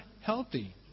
healthy